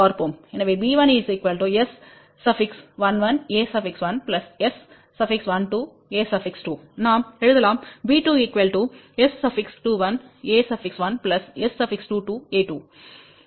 எனவேb1S11a1S12a2 நாம் எழுதலாம் b2S21a1S22a2